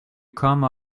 come